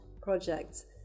projects